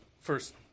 first